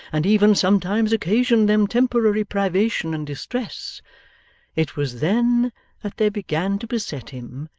and even sometimes occasioned them temporary privation and distress it was then that there began to beset him,